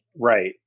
right